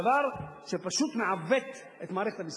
דבר שפשוט מעוות את מערכת המסים.